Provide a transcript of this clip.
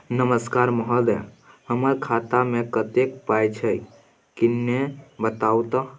नमस्कार महोदय, हमर खाता मे कत्ते पाई छै किन्ने बताऊ त?